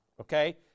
Okay